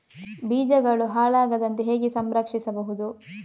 ಬೀಜಗಳು ಹಾಳಾಗದಂತೆ ಹೇಗೆ ಸಂರಕ್ಷಿಸಬಹುದು?